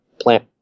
plant